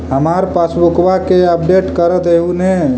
हमार पासबुकवा के अपडेट कर देहु ने?